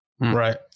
Right